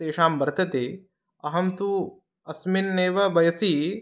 तेषां वर्तते अहं तु अस्मिन् एव वयसि